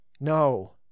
No